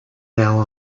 now